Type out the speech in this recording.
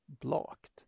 blocked